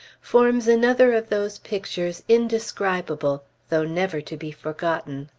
forms another of those pictures indescribable though never to be forgotten.